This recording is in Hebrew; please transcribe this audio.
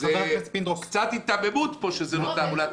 זה קצת היתממות שזה לא תעמולת